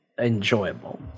enjoyable